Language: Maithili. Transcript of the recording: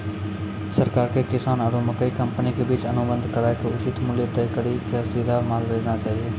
सरकार के किसान आरु मकई कंपनी के बीच अनुबंध कराय के उचित मूल्य तय कड़ी के सीधा माल भेजना चाहिए?